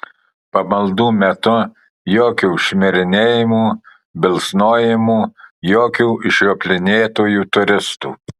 pamaldų metu jokių šmirinėjimų bilsnojimų jokių žioplinėtojų turistų